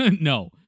No